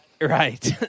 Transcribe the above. Right